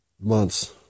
months